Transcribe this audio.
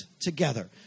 together